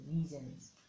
reasons